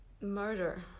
murder